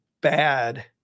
bad